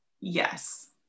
Yes